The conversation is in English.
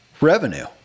revenue